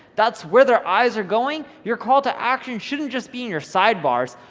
that's where their eyes are going, your call to action shouldn't just be in your side bars.